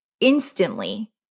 instantly